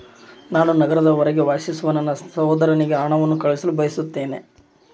ನಾನು ನಗರದ ಹೊರಗೆ ವಾಸಿಸುವ ನನ್ನ ಸಹೋದರನಿಗೆ ಹಣವನ್ನು ಕಳುಹಿಸಲು ಬಯಸುತ್ತೇನೆ